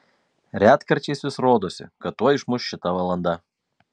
retkarčiais vis rodosi kad tuoj išmuš šita valanda